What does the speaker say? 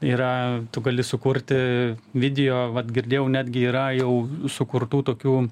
yra tu gali sukurti video vat girdėjau netgi yra jau sukurtų tokių